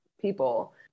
people